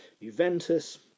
Juventus